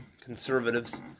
conservatives